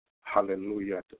Hallelujah